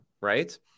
right